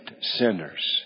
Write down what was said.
sinners